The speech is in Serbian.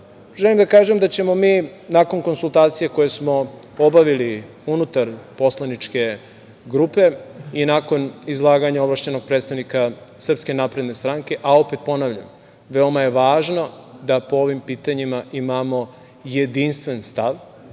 da kažem da ćemo mi nakon konsultacija koje smo obavili unutar poslaničke grupe i nakon izlaganja ovlašćenog predstavnika SNS, a opet ponavljam veoma je važno da po ovim pitanjima imamo jedinstven stav,